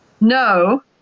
no